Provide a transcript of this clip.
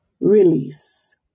release